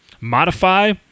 modify